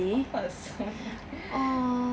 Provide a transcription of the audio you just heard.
of course